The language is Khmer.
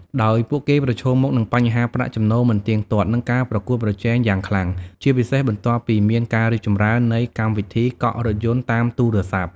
ដោយពួកគេប្រឈមមុខនឹងបញ្ហាប្រាក់ចំណូលមិនទៀងទាត់ និងការប្រកួតប្រជែងយ៉ាងខ្លាំង ជាពិសេសបន្ទាប់ពីមានការរីកចម្រើននៃកម្មវិធីកក់រថយន្តតាមទូរស័ព្ទ។